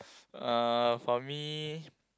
uh for me